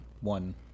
one